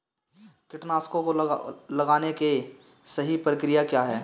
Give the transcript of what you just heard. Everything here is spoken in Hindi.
कीटनाशकों को लगाने की सही प्रक्रिया क्या है?